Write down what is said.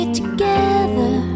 together